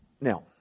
Now